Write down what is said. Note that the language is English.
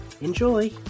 Enjoy